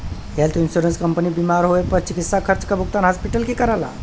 health insurance company बीमार होए पर चिकित्सा खर्चा क भुगतान हॉस्पिटल के करला